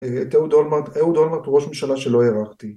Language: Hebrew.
אהוד אולמרט, אהוד אולמרט הוא ראש ממשלה שלא הערכתי